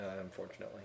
Unfortunately